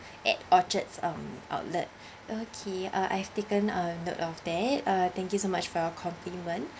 at orchard um outlet okay uh I have taken uh note of that uh thank you so much for your compliment